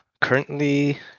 currently